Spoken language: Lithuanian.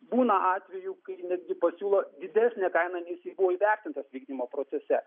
būna atvejų kai netgi pasiūlo didesnę kainą nei jisai buvo įvertintas vykdymo procese